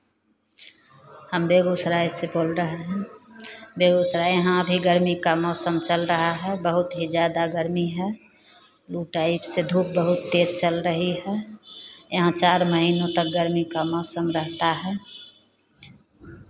हम बेगूसराय से बोल रहे हैं बेगूसराय में यहाँ अभी गर्मी का मौसम चल रहा है लू टाइप से धूप बहुत तेज चल रही है यहाँ चार महीनों तक गर्मी का मौसम रहता है